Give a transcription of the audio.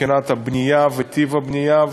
מבחינת הבנייה וטיב הבנייה,